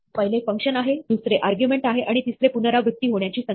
पहिले फंक्शन आहे दुसरे आर्ग्युमेंट आहे आणि तिसरे पुनरावृत्ती होण्याची संख्या